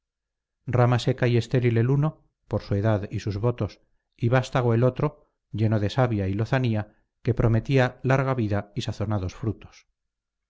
rama seca y estéril el uno por su edad y sus votos y vástago el otro lleno de savia y lozanía que prometía larga vida y sazonados frutos